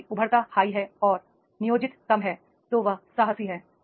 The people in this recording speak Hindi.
यदि उभरता उच्च है और नियोजित कम है तो यह साहसी है